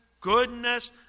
goodness